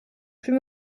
plus